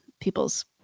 people's